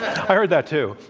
i heard that, too.